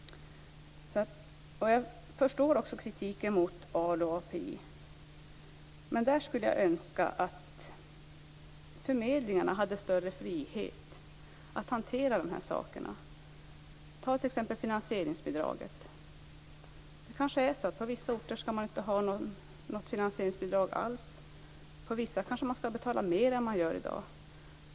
Jag förstår kritiken mot ALU och API. Men där skulle jag önska att förmedlingarna hade större frihet att hantera dessa saker. Ta t.ex. finansieringsbidraget. Det kanske är så att man på vissa orter inte skall ha något finansieringsbidrag alls, medan man på vissa kanske skall betala mer än man gör i dag.